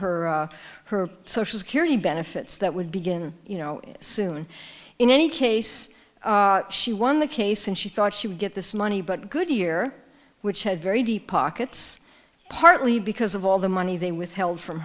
her her social security benefits that would begin you know soon in any case she won the case and she thought she would get this money but goodyear which had very deep pockets partly because of all the money they withheld from